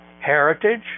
heritage